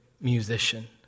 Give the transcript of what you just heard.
musician